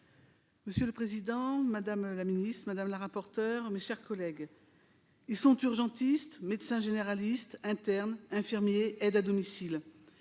Monsieur le président, madame la ministre, mes chers collègues, ils sont urgentistes, médecins généralistes, internes, infirmiers, aides à domicile.